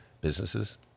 businesses